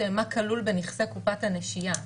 לכל מה שכלול בנכסי קופת הנשייה,